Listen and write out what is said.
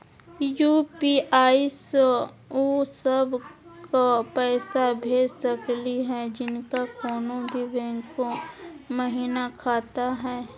UPI स उ सब क पैसा भेज सकली हई जिनका कोनो भी बैंको महिना खाता हई?